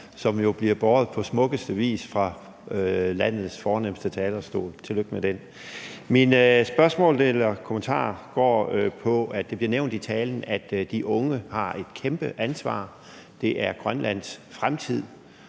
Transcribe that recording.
som bliver båret på smukkeste vis på landets fornemste talerstol. Tillykke med den. Mit spørgsmål eller min kommentar går på, at det bliver nævnt i talen, at de unge har et kæmpe ansvar. Det er Grønlands fremtid,